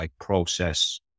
process